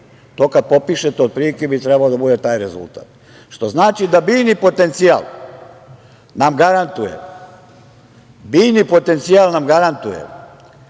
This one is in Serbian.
To kad popišete otprilike bi trebalo da bude taj rezultat, što znači da biljni potencijal nam garantuje